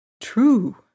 True